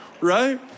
right